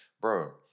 bro